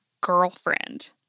girlfriend